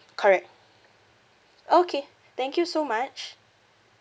correct okay thank you so much